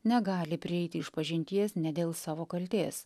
negali prieiti išpažinties ne dėl savo kaltės